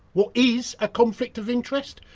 what is a conflict of interest,